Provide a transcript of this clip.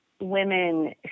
women